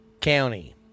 County